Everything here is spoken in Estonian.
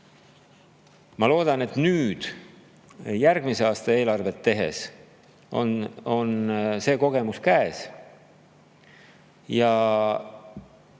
Ma loodan, et järgmise aasta eelarvet tehes on see kogemus käes, aga